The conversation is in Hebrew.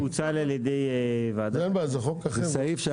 פוצל על ידי ועדת --- זה סעיף שעלה